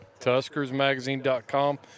Tuskersmagazine.com